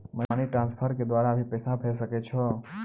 Money transfer के द्वारा भी पैसा भेजै सकै छौ?